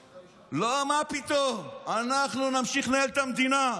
לא, מה פתאום, אנחנו נמשיך לנהל את המדינה.